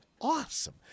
awesome